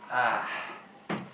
ah